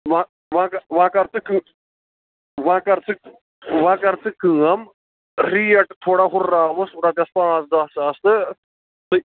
وۅنۍ وۅنۍ وۅنۍ کَر ژٕ کٲم وۅنۍ کَر ژٕ وۅنۍ کَر ژٕ کٲم ریٹ تھوڑا ہُرٕراوُس رۄپیَس پانٛژھ دَہ ساس تہٕ